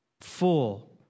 Full